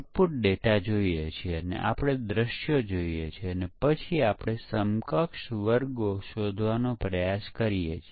જ્યારે વેલીડેશનમાં એ ખાતરી કરવામાં આવે છે કે ઉત્પાદન ભૂલ મુક્ત છે